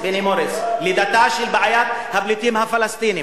בני מוריס, "לידתה של בעיית הפליטים הפלסטינים".